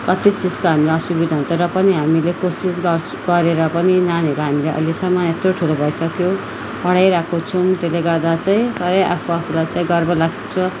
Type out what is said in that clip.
कति चिजको हामीलाई असुविधा हुन्छ र पनि हामीले कोसिस गरेर पनि नानीहरू हामीले अहिलेसम्म यत्रो ठुलो भइसक्यो पढाइरहेको छौँ त्यसले गर्दा चाहिँ सधैँ आफू आफूलाई चाहिँ गर्व लाग्छ